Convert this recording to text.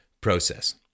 process